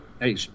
Hey